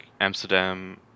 amsterdam